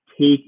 take